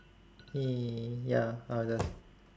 !yay! ya I'll just